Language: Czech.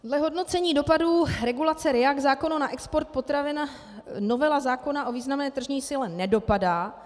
Dle hodnocení dopadů regulace RIA k zákonu na export potravin novela zákona o významné tržní síle nedopadá.